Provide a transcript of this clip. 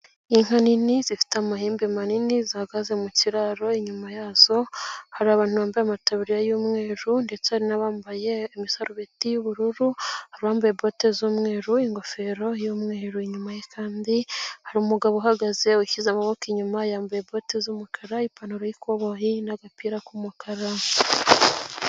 Inka nini zifite amahembe manini zihagaze mu kiraro, inyuma yazo hari abantu bambaye motabu y'umweru ndetse n'abambaye imisarubeti y'ubururulombaye bote z'umweru ingofero y'umweru inyuma kandi hari umugabo uhagaze ushyize amaboko inyuma yambaye bote z'umukara ipantaro y'ikoboyi n'agapira k'umukara.